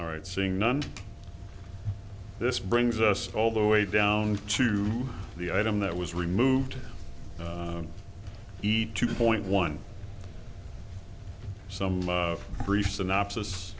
all right seeing none this brings us all the way down to the item that was removed the two point one some brief synopsis